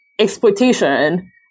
exploitation